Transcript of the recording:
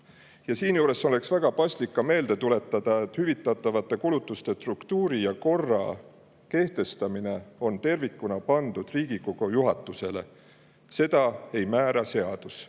Siinjuures oleks väga paslik meelde tuletada, et hüvitatavate kulutuste struktuuri ja korra kehtestamine on tervikuna pandud Riigikogu juhatuse ülesandeks. Seda ei määra seadus.